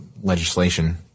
legislation